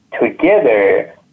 together